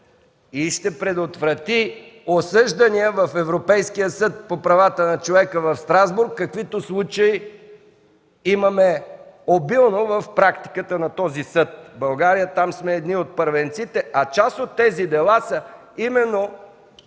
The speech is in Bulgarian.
и ще предотврати осъждания в Европейския съд по правата на човека в Страсбург, каквито случаи имаме обилно в практиката на този съд. България там сме едни от първенците, а част от тези дела са именно